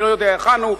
אני לא יודע היכן הוא,